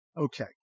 okay